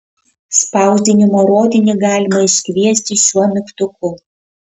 spausdinimo rodinį galima iškviesti šiuo mygtuku